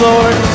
Lord